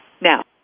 Now